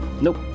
Nope